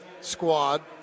squad